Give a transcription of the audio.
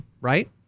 Right